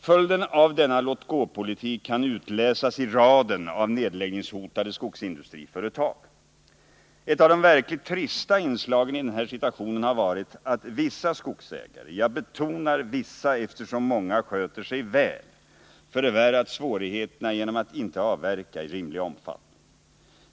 Följden av denna låtgåpolitik kan utläsas i raden av nedläggningshotade skogsindustriföretag. Ett av de verkligt trista inslagen i den här situationen har varit att vissa skogsägare — jag betonar vissa, eftersom många sköter sig väl — förvärrat svårigheterna genom att inte avverka i rimlig omfattning.